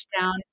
down